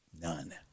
none